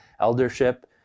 eldership